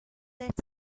that